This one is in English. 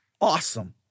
awesome